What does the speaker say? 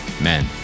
men